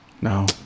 No